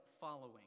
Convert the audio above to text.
following